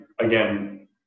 again